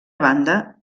banda